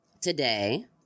today